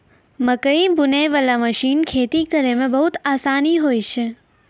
मकैइ बुनै बाला मशीन खेती करै मे बहुत आसानी होय छै